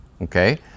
Okay